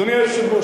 אדוני היושב-ראש,